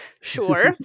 Sure